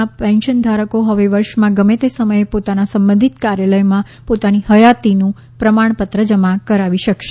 ના પેન્શન ધારકો હવે વર્ષમાં ગમે તે સમયે પોતાના સંબંધિત કાર્યાલયમાં પોતાની હયાતીનું પ્રમાણપત્ર જમા કરાવી શકશે